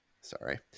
Sorry